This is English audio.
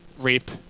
rape